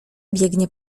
biegnie